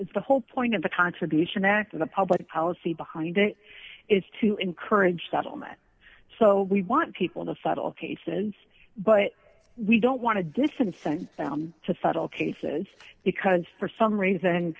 is the whole point of the contribution act of the public policy behind it is to encourage settlement so we want people to settle cases but we don't want to disincentive down to settle cases because for some reason